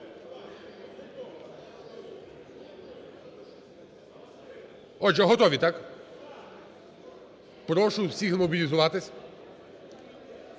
Отже, готові, так? Прошу всіхзмобілізуватися,